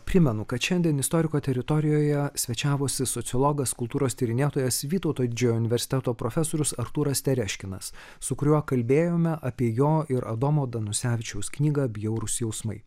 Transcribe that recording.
primenu kad šiandien istoriko teritorijoje svečiavosi sociologas kultūros tyrinėtojas vytauto didžiojo universiteto profesorius artūras tereškinas su kuriuo kalbėjome apie jo ir adomo danusevičiaus knygą bjaurūs jausmai